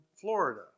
Florida